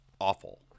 awful